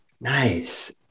Nice